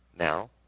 Now